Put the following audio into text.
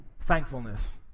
Thankfulness